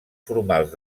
formals